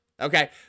Okay